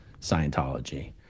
Scientology